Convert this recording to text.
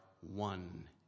one